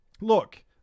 look